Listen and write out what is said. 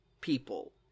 people